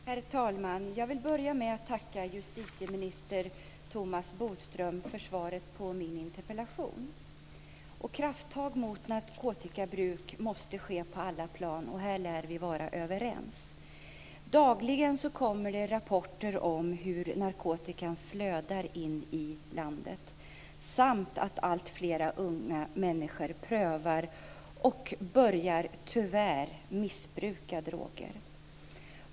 Herr talman! Jag vill börja med att tacka justitieminister Thomas Bodström för svaret på min interpellation. Krafttag mot narkotikabruk måste ske på alla plan. Här lär vi vara överens. Dagligen kommer det rapporter om hur narkotikan flödar in i landet samt att alltfler unga människor prövar och tyvärr börjar missbruka droger.